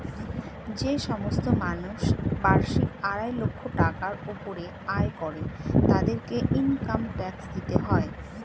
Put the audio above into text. যে সমস্ত মানুষ বার্ষিক আড়াই লাখ টাকার উপরে আয় করে তাদেরকে ইনকাম ট্যাক্স দিতে হয়